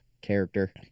character